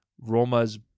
Roma's